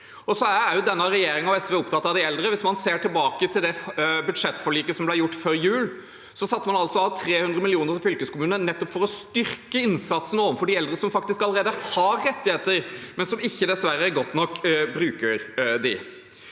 altså dårlig. Denne regjeringen og SV er opptatt av de eldre også. Hvis man ser tilbake på det budsjettforliket som ble gjort før jul, satte man altså av 300 mill. kr til fylkeskommunene nettopp for å styrke innsatsen overfor de eldre som faktisk allerede har rettigheter, men som dessverre ikke bruker dem